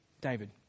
David